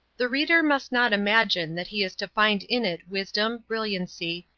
the reader must not imagine that he is to find in it wisdom, brilliancy,